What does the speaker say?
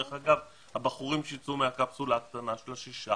דרך אגב, הבחורים שייצאו מהקפסולה הקטנה של השישה